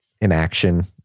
inaction